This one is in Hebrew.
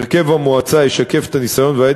הרכב המועצה ישקף את הניסיון והידע